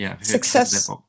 Success